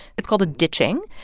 it's called a ditching.